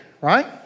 right